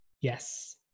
Yes